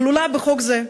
כלולה בחוק זה,